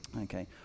Okay